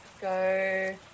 go